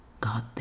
God